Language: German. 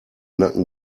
nacken